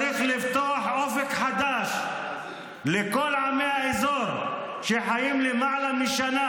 צריך לפתוח אופק חדש לכל עמי האזור שחיים למעלה משנה